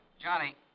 Johnny